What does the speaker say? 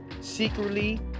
secretly